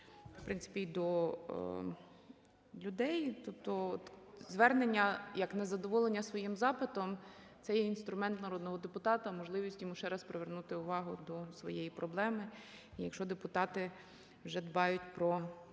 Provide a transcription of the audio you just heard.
в принципі, і до людей, тобто звернення як незадоволення своїм запитом - це є інструмент народного депутата, можливість йому ще раз привернути увагу до своєї проблеми. І якщо депутати вже дбають про